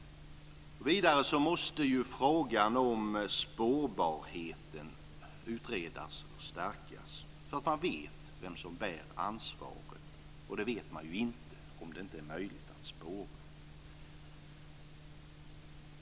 Vidare måste frågan om spårbarheten utredas och stärkas så att man vet vem som bär ansvaret. Det vet man ju inte om det inte är möjligt att spåra.